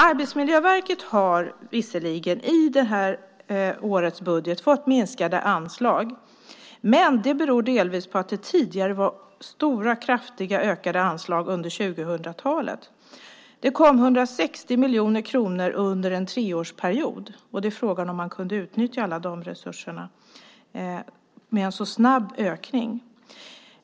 Arbetsmiljöverket har visserligen i det här årets budget fått minskade anslag, men det beror delvis på att det tidigare var stora kraftigt ökade anslag under 2000-talet. Det kom 160 miljoner kronor under en treårsperiod. Frågan är om man kunde utnyttja alla de resurserna med en så snabb ökning.